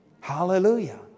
Hallelujah